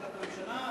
להחלטת הממשלה,